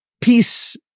peace